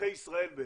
אזרחי ישראל.